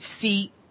feet